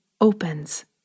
opens